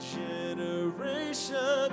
generation